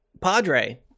Padre